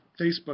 Facebook